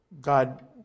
God